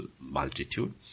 multitude